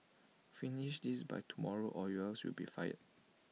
finish this by tomorrow or else you'll be fired